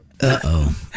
Uh-oh